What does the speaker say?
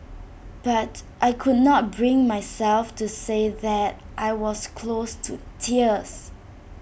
but I could not bring myself to say that I was close to tears